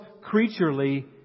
creaturely